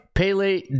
Pele